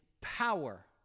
power